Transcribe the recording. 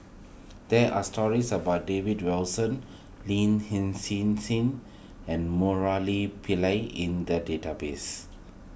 there are stories about David Wilson Lin Hsin Sin and Murali Pillai in the database